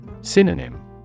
Synonym